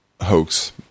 hoax